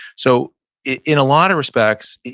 so in a lot of respects,